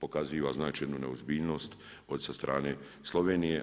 pokaziva, znači jednu neozbiljnost sa strane Slovenije.